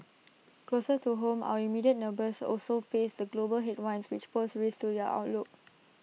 closer to home our immediate neighbours also face the global headwinds which pose risks to their outlook